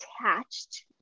attached